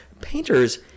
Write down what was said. painters